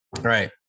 Right